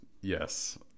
Yes